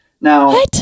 Now